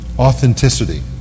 authenticity